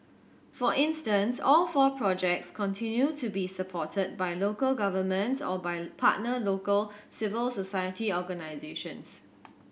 for instance all four projects continue to be supported by local governments or by partner local civil society organisations